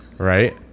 Right